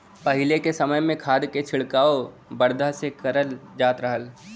पहिले के समय में खाद के छिड़काव बरधा से करल जात रहल